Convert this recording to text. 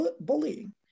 bullying